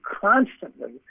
constantly